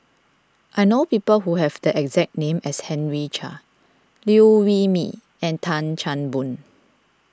I know people who have the exact name as Henry Chia Liew Wee Mee and Tan Chan Boon